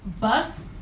bus